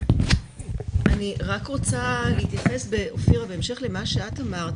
רוצה להתייחס בהמשך לדברים של אופירה,